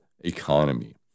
economy